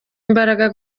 imbaraga